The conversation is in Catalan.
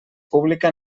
pública